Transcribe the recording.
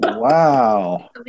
Wow